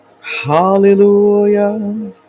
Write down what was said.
hallelujah